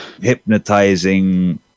hypnotizing